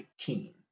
19